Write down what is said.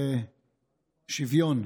ושוויון.